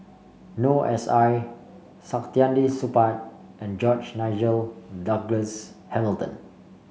Noor S I Saktiandi Supaat and George Nigel Douglas Hamilton